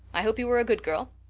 i hope you were a good girl.